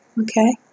Okay